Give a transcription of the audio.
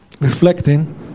reflecting